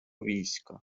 війська